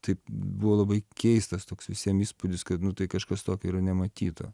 tai buvo labai keistas toks visiem įspūdis kad nu tai kažkas tokio yra nematyto